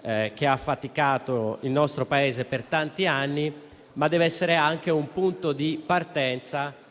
che ha affaticato il nostro Paese per tanti anni. Deve essere, però, anche un punto di partenza